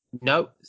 No